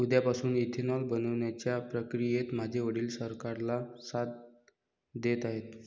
उसापासून इथेनॉल बनवण्याच्या प्रक्रियेत माझे वडील सरकारला साथ देत आहेत